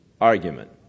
argument